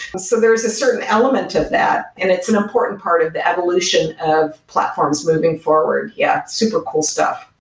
so, there's a certain element of that, and it's an important part of the evolution of platforms moving forward. yeah, super cool stuff.